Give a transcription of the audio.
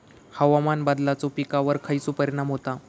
हवामान बदलाचो पिकावर खयचो परिणाम होता?